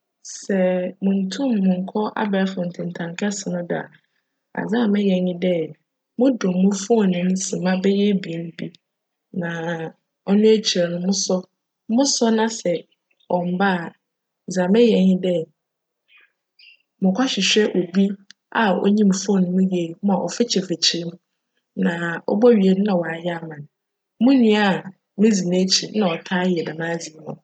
Sj munntum nnkc abaefor ntsentan kjse no do a, adze a meyj nye dj, mudum mo "phone" no bjyj sema ebien bi na cno ekyir no mo sc. Mo sc na sj cmmba a, dza meyj nye dj, mokchwehwj obi a onyim "phone" mu yie ma cfekyer fekyer mu na obowie no, na cayj ama me. Mo nua a midzi n'ekyir na ctaa yj djm adze no ma me.